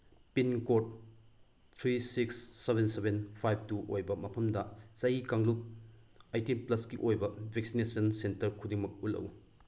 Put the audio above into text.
pin code three six seven seven five two ꯑꯣꯏꯕ ꯃꯐꯝꯗ ꯆꯍꯤ ꯀꯥꯡꯂꯨꯞ ꯑꯩꯠꯇꯤꯟ ꯄ꯭ꯂꯁꯀꯤ ꯑꯣꯏꯕ ꯚꯦꯛꯁꯤꯅꯦꯁꯟ ꯁꯦꯟꯇꯔ ꯈꯨꯗꯤꯡꯃꯛ ꯎꯠꯂꯛꯎ